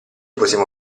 possiamo